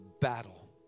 battle